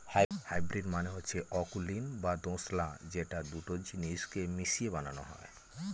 hybrid মানে হচ্ছে অকুলীন বা দোঁশলা যেটা দুটো জিনিস কে মিশিয়ে বানানো হয়